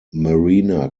marina